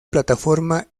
plataforma